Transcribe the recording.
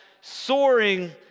soaring